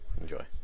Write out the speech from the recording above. Enjoy